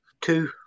two